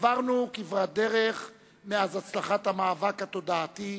עברנו כברת דרך מאז הצלחת המאבק התודעתי